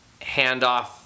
handoff